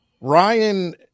Ryan